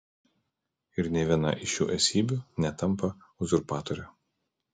ir nė viena iš šių esybių netampa uzurpatore